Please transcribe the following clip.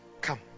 Come